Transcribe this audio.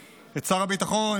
את שר הביטחון,